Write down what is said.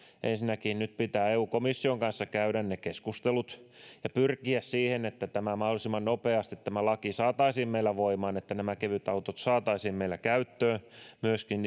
ensinnäkin nyt pitää eu komission kanssa käydä ne keskustelut ja pyrkiä siihen että tämä laki mahdollisimman nopeasti saataisiin meillä voimaan niin että kevytautot saataisiin meillä myöskin